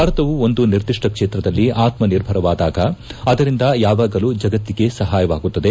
ಭಾರತವು ಒಂದು ನಿರ್ದಿಷ್ಟ ಕ್ಷೇತ್ರದಲ್ಲಿ ಆತ್ಮಿರ್ಭರವಾದಾಗ ಆದರಿಂದ ಯಾವಾಗಲೂ ಜಗತ್ತಿಗೆ ಸಹಾಯವಾಗುತ್ತದೆ